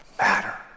matter